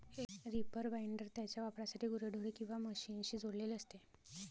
reaper binder त्याच्या वापरासाठी गुरेढोरे किंवा मशीनशी जोडलेले असते